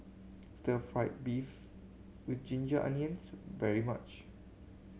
stir fried beef with ginger onions very much